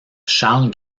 charles